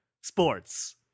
Sports